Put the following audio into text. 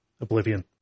oblivion